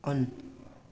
on